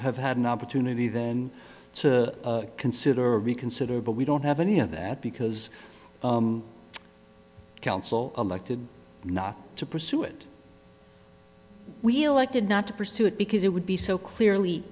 have had an opportunity then to consider reconsider but we don't have any of that because counsel elected not to pursue it we'll acted not to pursue it because it would be so clearly